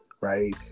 Right